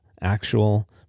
actual